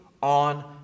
on